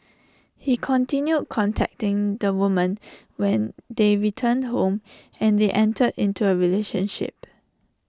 he continued contacting the woman when they returned home and they entered into A relationship